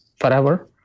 forever